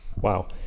Wow